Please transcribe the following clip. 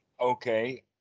okay